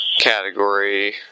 category